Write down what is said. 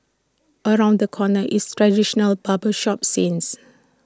around the corner is traditional barber shop scenes